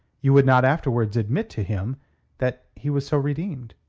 you would not afterwards admit to him that he was so redeemed.